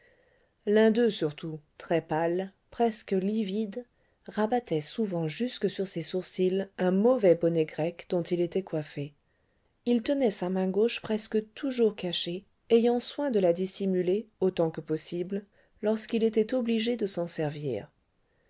l'un d'eux surtout très-pâle presque livide rabattait souvent jusque sur ses sourcils un mauvais bonnet grec dont il était coiffé il tenait sa main gauche presque toujours cachée ayant soin de la dissimuler autant que possible lorsqu'il était obligé de s'en servir